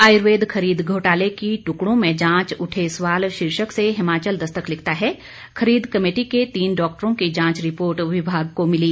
आयुर्वेद खरीद घोटाले की टुकड़ों में जांच उठे सवाल शीर्षक से हिमाचल दस्तक लिखता है खरीद कमेटी के तीन डाक्टरों की जांच रिपोर्ट विभाग को मिली